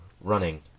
running